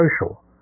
Social